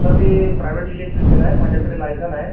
sir मी private electrician आहे माझ्याकडे लायसन आहे